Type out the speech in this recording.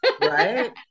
Right